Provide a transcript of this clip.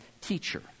teacher